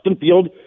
Field